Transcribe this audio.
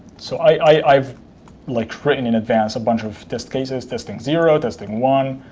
so i've like written in advance a bunch of test cases testing zero, testing one.